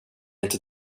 inte